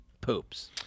poops